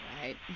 Right